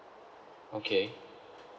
okay